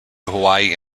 hawaii